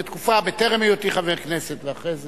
בטרם היותי חבר כנסת ואחרי זה.